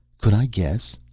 could i guess?